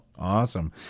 Awesome